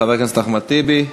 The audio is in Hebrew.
חבר הכנסת אחמד טיבי,